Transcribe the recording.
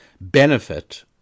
benefit